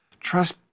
Trust